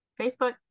facebook